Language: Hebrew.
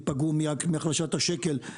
ייפגעו מהחלשת השקל.